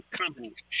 companies